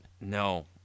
No